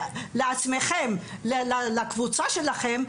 לקבוצה שלכם,